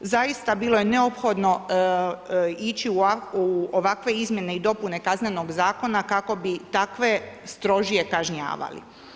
Zaista bilo je neophodno ići u ovakve Izmjene i dopune Kaznenog zakona kako bi takve strožije kažnjavali.